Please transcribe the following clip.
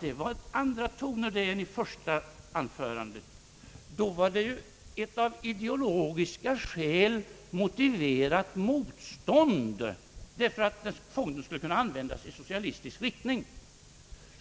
Det var andra toner än i det första anförandet. Då var det ett av ideologiska skäl motiverat motstånd, att fonden skulle kunna användas i socialistisk riktning etc.